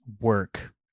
work